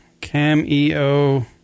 cameo